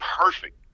perfect